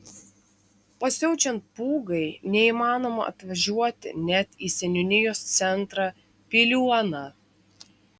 o siaučiant pūgai neįmanoma atvažiuoti net į seniūnijos centrą piliuoną